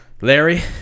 Larry